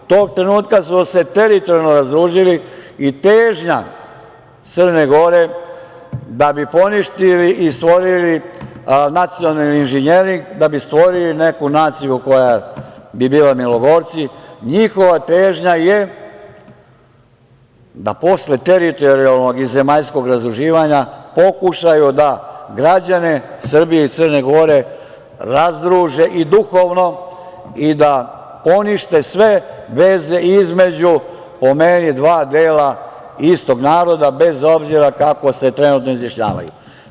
Tog trenutka smo se teritorijalno razdružili i težnja Crne Gore, da bi poništili i stvorili nacionalni inženjering, da bi stvorili neku naciju koja bi bila milogorci, njihova težnja je da posle teritorijalnog i zemaljskog razdruživanja pokušaju da građane Srbije i Crne Gore razdruže i duhovno i da ponište sve veze između, po meni, dva dela istog naroda, bez obzira kako se trenutno izjašnjavaju.